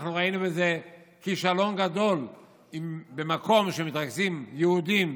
אנחנו ראינו בזה כישלון גדול אם במקום שמתרכזים יהודים